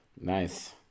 Nice